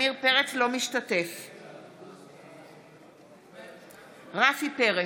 אינו משתתף בהצבעה רפי פרץ,